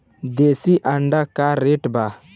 देशी अंडा का रेट बा?